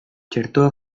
txertoa